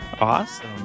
Awesome